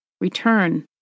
Return